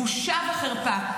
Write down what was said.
בושה וחרפה.